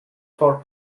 for